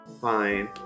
Fine